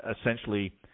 essentially